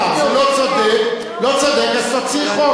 זה לא צודק, לא צודק, אז תציעי חוק.